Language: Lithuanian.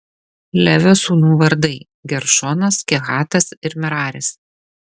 levio sūnų vardai geršonas kehatas ir meraris